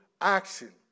action